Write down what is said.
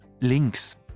Links